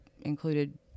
included